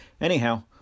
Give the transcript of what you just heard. Anyhow